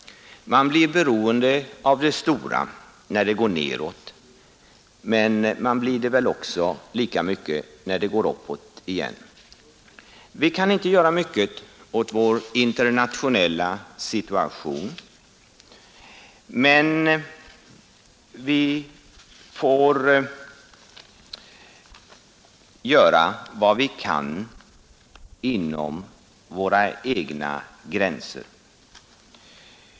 Man blir beroende av de stora när det går nedåt, men man blir det väl lika mycket när det går uppåt igen. Vi kan inte göra mycket åt vår internationella situation, men vi får göra vad vi kan inom våra egna gränser.